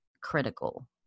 critical